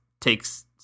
takes